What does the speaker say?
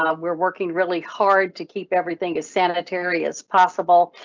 ah we're working really hard to keep everything as sanitary as possible,